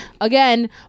Again